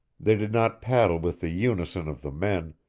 they did not paddle with the unison of the men,